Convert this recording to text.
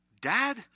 Dad